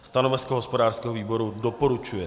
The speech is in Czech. Stanovisko hospodářského výboru doporučuje.